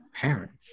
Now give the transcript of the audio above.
parents